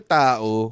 tao